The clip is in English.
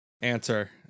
answer